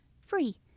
Free